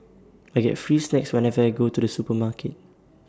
I get free snacks whenever I go to the supermarket